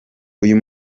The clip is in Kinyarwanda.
uyu